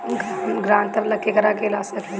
ग्रांतर ला केकरा के ला सकी ले?